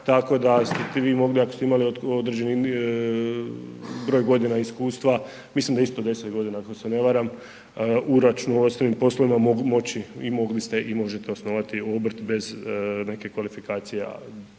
Tako da ste vi mogli ako ste imali određeni broj godina iskustva, mislim da isto 10 godina ako se ne varam u računovodstvenim poslovima moći i mogli ste i možete osnovati obrt bez neke kvalifikacije